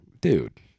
dude